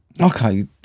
Okay